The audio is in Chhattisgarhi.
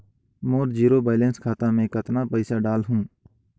मोर जीरो बैलेंस खाता मे कतना पइसा डाल हूं?